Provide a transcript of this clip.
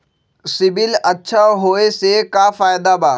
CIBIL अच्छा होऐ से का फायदा बा?